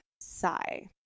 sigh